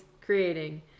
creating